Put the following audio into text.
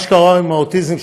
מה שקרה עם האוטיזם,